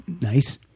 nice